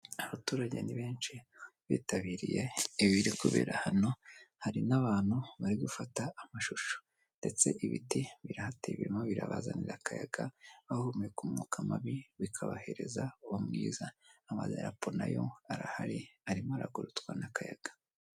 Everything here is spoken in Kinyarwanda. Abaturage ni benshi bitabiriye ibiri kubera hano hari n'abantu bari gufata amashusho ndetse ibiti birahateye birimo birabazanira akayaga abahumeka umwuka mabi bikabahereza umwiza amadarapo nayo arahari arimo aragurutswa n'akayaga.